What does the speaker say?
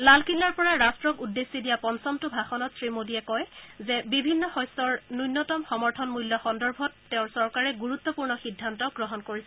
লালকিল্লাৰ পৰা ৰাট্টক উদ্দেশ্যি দিয়া পঞ্চমটো ভাষণত শ্ৰীমোডীয়ে কয় যে বিভিন্ন শস্যৰ ন্যনতম সমৰ্থন মূল্য সন্দৰ্ভত তেওঁৰ চৰকাৰে গুৰুত্বপূৰ্ণ সিদ্ধান্ত গ্ৰহণ কৰিছে